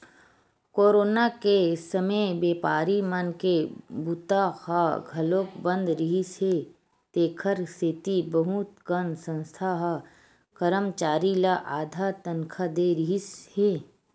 corona के समे बेपारी मन के बूता ह घलोक बंद रिहिस हे तेखर सेती बहुत कन संस्था ह करमचारी ल आधा तनखा दे रिहिस हे